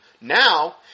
now